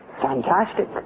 fantastic